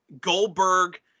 Goldberg